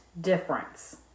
difference